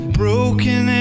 broken